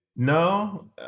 No